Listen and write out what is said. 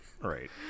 right